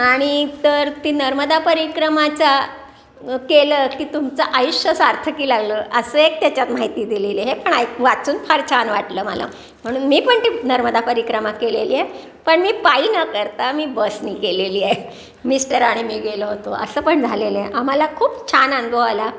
आणि तर ती नर्मदा परिक्रमाचा केलं की तुमचं आयुष्य सार्थकी लागलं असं एक त्याच्यात माहिती दिलेली आहे पण आहे वाचून फार छान वाटलं मला म्हणून मी पण ती नर्मदा परिक्रमा केलेली आहे पण मी पायी न करता मी बसने केलेली आहे मिस्टर आणि मी गेलो होतो असं पण झालेलं आहे आम्हाला खूप छान अनुभव आला